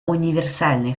универсальный